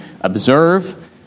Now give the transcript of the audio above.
observe